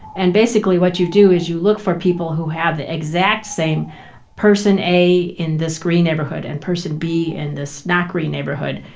and, basically, what you do is you look for people who have the exact same person a in this green neighborhood and person b in this not green neighborhood.